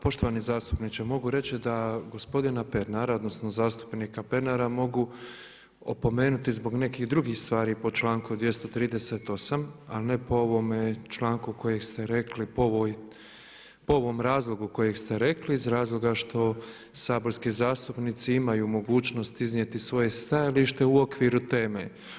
Poštovani zastupniče mogu reći da gospodina Pernara odnosno zastupnika Pernara mogu opomenuti zbog nekih drugih stvari po članku 238. ali ne po ovome članku kojeg ste rekli po ovom razlogu kojeg ste rekli iz razloga što saborski zastupnici imaju mogućnost iznijeti svoje stajalište u okviru teme.